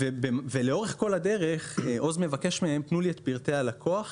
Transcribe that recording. לאורך כל הדרך עוז מבקש מהם לתת לו את פרטי הלקוח